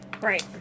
right